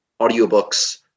audiobooks